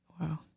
Wow